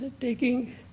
taking